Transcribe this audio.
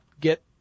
get